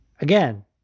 Again